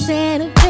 Santa